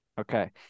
Okay